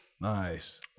Nice